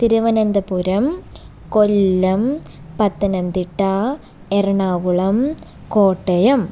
Thiruvananthapuram Kollam Pathanamthitta Ernakulam Kottayam